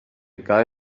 guy